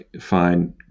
find